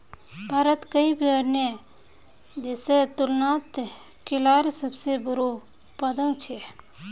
भारत कोई भी अन्य देशेर तुलनात केलार सबसे बोड़ो उत्पादक छे